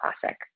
classic